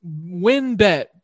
Winbet